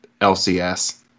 LCS